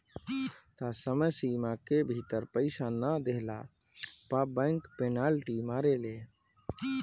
तय समय सीमा के भीतर पईसा ना देहला पअ बैंक पेनाल्टी मारेले